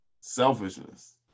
Selfishness